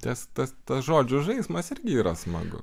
tas tas žodžių žaismas ir yra smagu